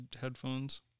headphones